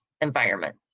environment